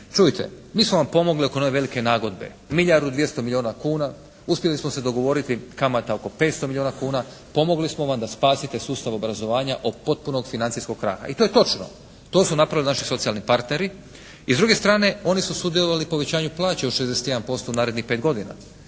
mi smo vam pomogli oko one velike nagodbe, milijardu i 200 milijuna kuna, uspjeli smo se dogovoriti kamata oko 500 milijuna kuna, pomogli smo vam da spasite sustav obrazovanja od potpunog financijskog kraha i to je točno. To su napravili naši socijalni partneri i s druge strane oni su sudjelovali u povećanju plaća od 61% u narednih pet godina